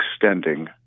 extending